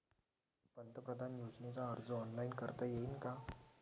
पंतप्रधान योजनेचा अर्ज ऑनलाईन करता येईन का?